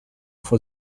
for